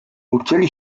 uczyli